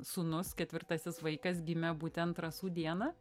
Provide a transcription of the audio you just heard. sūnus ketvirtasis vaikas gimė būtent rasų dieną